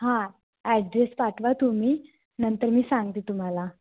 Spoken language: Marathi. हां ॲड्रेस पाठवा तुम्ही नंतर मी सांगते तुम्हाला